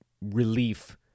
relief